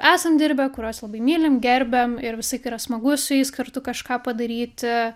esam dirbę kurios labai mylim gerbiam ir visą aiką yra smagu su jais kartu kažką padaryti